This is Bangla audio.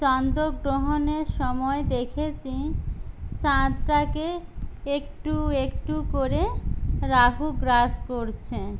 চন্দগ্রহণের সময় দেখেছি চাঁদটাকে একটু একটু করে রাহু গ্রাস করছে